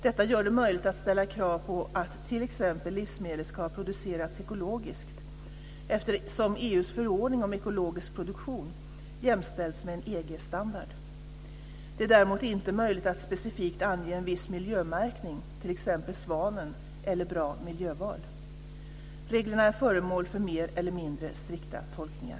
Detta gör det möjligt att ställa krav på att t.ex. livsmedel ska ha producerats ekologiskt, eftersom EU:s förordning om ekologisk produktion jämställs med en EG-standard. Det är däremot inte möjligt att specifikt ange en viss miljömärkning, t.ex. Svanen eller Bra Miljöval. Reglerna är föremål för mer eller mindre strikta tolkningar.